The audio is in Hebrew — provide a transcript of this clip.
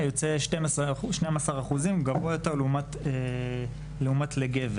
הוא גבוה יותר ב-12% מאשר סכין לגבר.